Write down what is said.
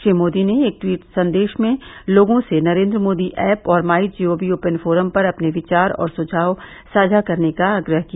श्री मोदी ने एक ट्वीट संदेश में लोगों से नरेन्द्र मोदी ऐप और my G O V open forum पर अपने विचार और सुझाव साझा करने का आग्रह किया